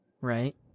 right